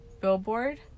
billboard